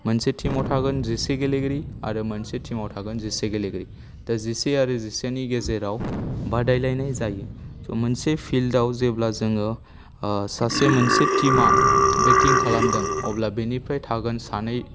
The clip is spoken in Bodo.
मोनसे टिमाव थागोन जिसे गेलेगिरि आरो मोनसे टिमाव थागोन जिसे गेलेगिरि दा जिसे आरो जिसेनि गेजेराव बादायलायनाय जायो स' मोनसे फिल्डआव जेब्ला जोङो सासे मोनसे टिमा बेटिं खालामदों अब्ला बेनिफ्राय थागोन सानै